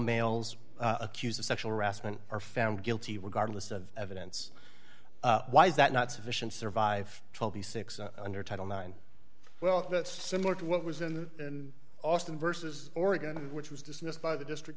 males accused of sexual harassment are found guilty regardless of evidence why is that not sufficient survive trial the six under title nine well that's similar to what was in austin versus oregon which was dismissed by the district